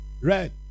red